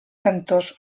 cantors